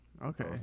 Okay